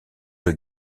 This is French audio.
deux